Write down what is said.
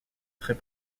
très